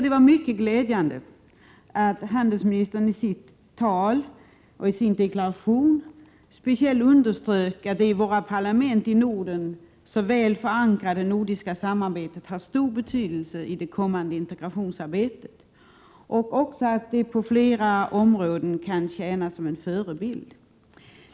Det var mycket glädjande att utrikeshandelsministern i sin deklaration speciellt underströk att det i våra parlament i Norden så väl förankrade nordiska samarbetet har stor betydelse i det kommande integrationsarbetet, och att det på flera områden kan tjäna som förebild.